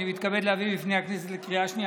אני מתכבד להביא בפני הכנסת לקריאה שנייה